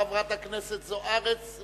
חברת הכנסת אורית זוארץ,